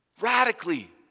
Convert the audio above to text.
Radically